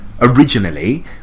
originally